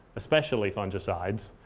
especially fungicides,